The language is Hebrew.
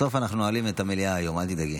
בסוף אנחנו נועלים את המליאה היום, אל תדאגי.